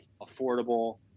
affordable